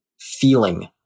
feeling